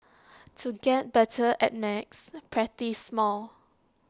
to get better at maths practise more